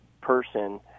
person